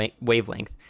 wavelength